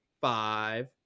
five